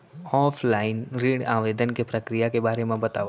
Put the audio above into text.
Offline ऋण आवेदन के प्रक्रिया के बारे म बतावव?